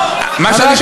אני לא